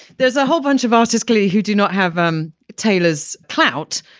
there's a whole bunch of artistically who do not have um taylor's clout,